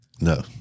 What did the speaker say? No